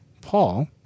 Paul